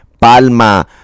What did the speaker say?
palma